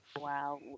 Wow